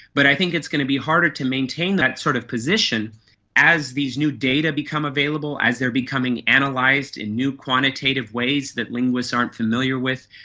but i think it's going to be harder to maintain that sort of position as these new data become available, as they are becoming analysed and like in new quantitative ways that linguists aren't familiar with,